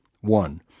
One